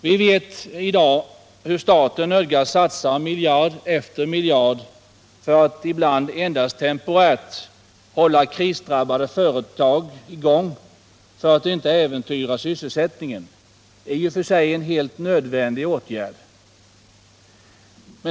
Vi vet i dag hur staten nödgas satsa miljard efter miljard för att ibland endast temporärt hålla krisdrabbade företag i gång för att inte äventyra sysselsättningen, i och för sig en helt nödvändig åtgärd.